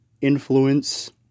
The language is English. influence